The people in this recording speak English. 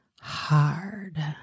hard